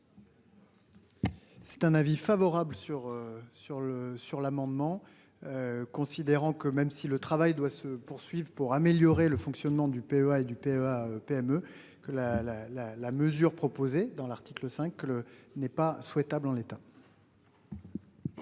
C'est un avis favorable sur sur le sur l'amendement. Considérant que, même si le travail doit se poursuivent pour améliorer le fonctionnement du PEA et du PEA PME que la la la la mesure proposée dans l'article 5 n'est pas souhaitable en l'état.